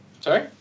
Sorry